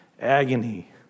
agony